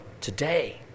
today